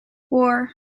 war